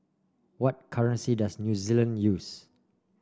what currency does New Zealand use